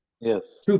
Yes